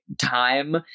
time